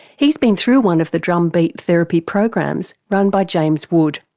he's been through one of the drumbeat therapy programs run by james wood.